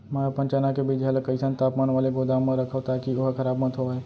मैं अपन चना के बीजहा ल कइसन तापमान वाले गोदाम म रखव ताकि ओहा खराब मत होवय?